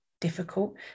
difficult